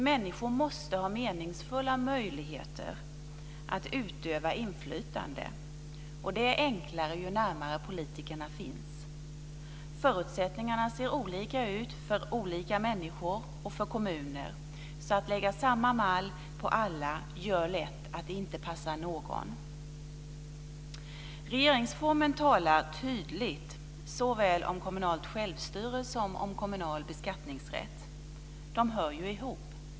Människor måste ha meningsfulla möjligheter att utöva inflytande. Det är enklare ju närmare politikerna finns. Förutsättningarna ser olika ut för olika människor och för kommuner. Att lägga samma mall på alla gör lätt att det inte passar någon. Regeringsformen talar tydligt om såväl kommunalt självstyre som om kommunal beskattningsrätt. De hör ju ihop.